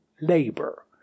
labor